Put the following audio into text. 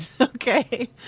Okay